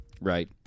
Right